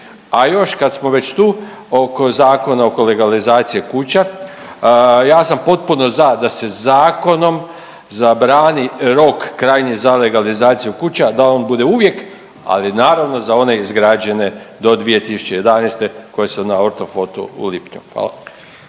A još kad smo već tu oko zakona, oko legalizacije kuća. Ja sam potpuno za da se zakonom zabrani rok krajnji za legalizaciju kuća, da on bude uvijek, ali naravno za one izgrađene do 2011. koje su na ortofotu u lipnju. Hvala.